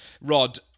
rod